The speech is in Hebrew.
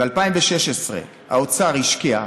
זה בא מזה שב-2016 האוצר השקיע,